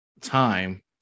time